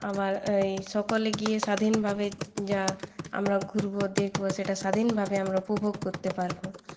আবার এই সকলে গিয়ে স্বাধীনভাবে যা আমরা ঘুরব দেখব সেটা স্বাধীনভাবে আমরা উপভোগ করতে পারব